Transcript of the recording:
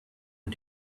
one